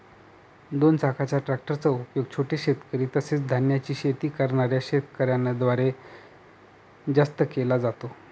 दोन चाकाच्या ट्रॅक्टर चा उपयोग छोटे शेतकरी, तसेच धान्याची शेती करणाऱ्या शेतकऱ्यांन द्वारे जास्त केला जातो